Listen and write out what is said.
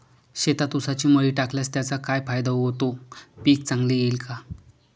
शेतात ऊसाची मळी टाकल्यास त्याचा काय फायदा होतो, पीक चांगले येईल का?